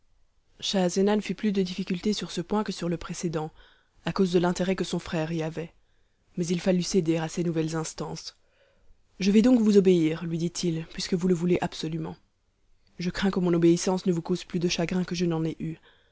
schahzenan fit plus de difficulté sur ce point que sur le précédent à cause de l'intérêt que son frère y avait mais il fallut céder à ses nouvelles instances je vais donc vous obéir lui dit-il puisque vous le voulez absolument je crains que mon obéissance ne vous cause plus de chagrins que je n'en ai eu